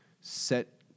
set